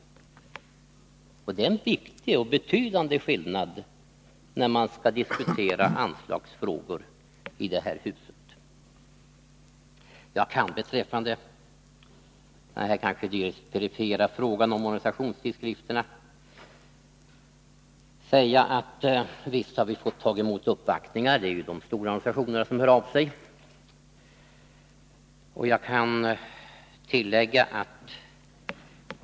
Det är en viktig och betydande skillnad när man skall diskutera anslagsfrågor i det här huset. Jag kan beträffande den delvis perifera frågan om organisationstidskrifterna säga, att visst har vi fått ta emot uppvaktningar. Det är ju de stora organisationerna som hör av sig.